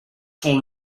sont